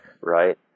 right